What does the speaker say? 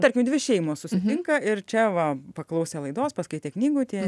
tarkim dvi šeimos susitinka ir čia va paklausė laidos paskaitė knygų tie